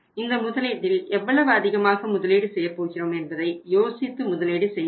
இந்த முதலீட்டில் எவ்வளவு அதிகமாக முதலீடு செய்யப்போகிறோம் என்பதை யோசித்து முதலீடு செய்யவேண்டும்